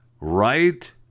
Right